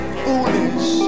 foolish